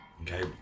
okay